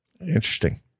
Interesting